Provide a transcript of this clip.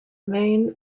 main